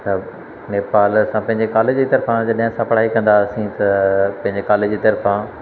त नेपाल असां पंहिंजे कॉलेज जी तरफां जॾहिं असां पढ़ाई कंदा हुआसीं त पंहिंजे कॉलेज जी तरफां